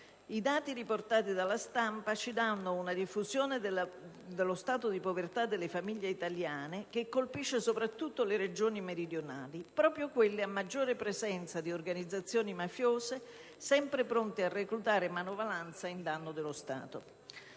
I dati riportati dalla stampa ci danno una diffusione dello stato di povertà delle famiglie italiane che colpisce soprattutto le Regioni meridionali, proprio quelle a maggiore presenza di organizzazioni mafiose, sempre pronte a reclutare manovalanza in danno dello Stato.